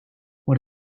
what